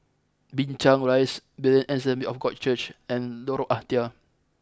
Binchang Rise Berean Assembly of God Church and Lorong Ah Thia